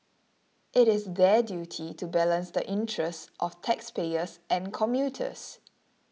it is their duty to balance the interests of taxpayers and commuters